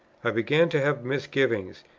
i began to have misgivings,